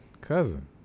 Cousin